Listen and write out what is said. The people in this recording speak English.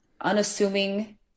unassuming